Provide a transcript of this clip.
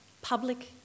public